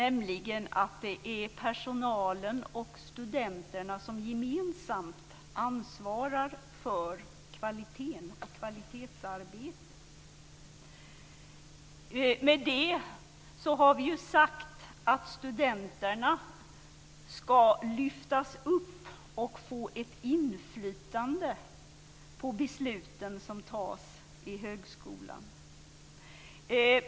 Det är personalen och studenterna som gemensamt ansvarar för kvaliteten och kvalitetsarbetet. Med det har vi sagt att studenterna ska lyftas upp och få ett inflytande på besluten som fattas i högskolan.